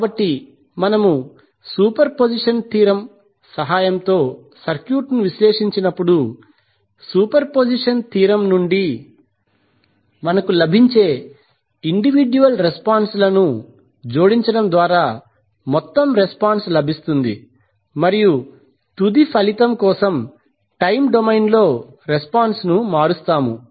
కాబట్టి మనము superposition theorem సహాయంతో సర్క్యూట్ను విశ్లేషించినప్పుడు సూపర్పొజిషన్ థీరం నుండి మనకు లభించే ఇండివిడ్యువల్ రెస్పాన్స్ లను జోడించడం ద్వారా మొత్తం రెస్పాన్స్ లభిస్తుంది మరియు తుది ఫలితం కోసం టైమ్ డొమైన్లో రెస్పాన్స్ ను మారుస్తాము